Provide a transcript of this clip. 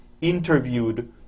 interviewed